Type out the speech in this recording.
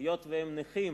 היות שהם נכים